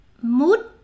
mood